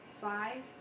five